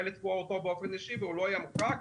לתבוע אותו באופן אישי והוא לא יהיה מוחרג,